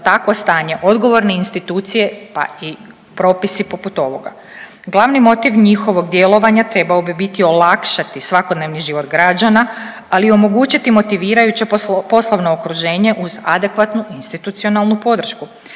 za takvo stanje odgovorne institucije pa i propisi poput ovoga? Glavni motiv njihovog djelovanja trebao bi biti olakšati svakodnevni život građana, ali i omogućiti motivirajuće poslovno okruženje uz adekvatnu institucionalnu podršku.